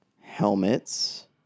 helmets